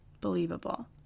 believable